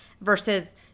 versus